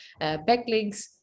Backlinks